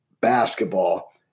basketball